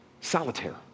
solitaire